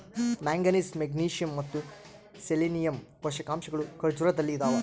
manganese magnesium ಮತ್ತು selenium ಪೋಷಕಾಂಶಗಳು ಖರ್ಜೂರದಲ್ಲಿ ಇದಾವ